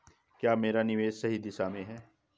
क्या मेरा निवेश सही दिशा में है?